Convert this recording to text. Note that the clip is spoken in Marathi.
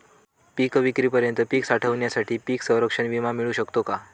पिकविक्रीपर्यंत पीक साठवणीसाठी पीक संरक्षण विमा मिळू शकतो का?